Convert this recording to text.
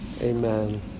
Amen